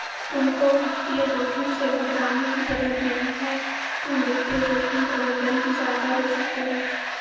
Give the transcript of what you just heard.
तुमको वित्तीय जोखिम से घबराने की जरूरत नहीं है, तुम वित्तीय जोखिम प्रबंधन की सहायता ले सकते हो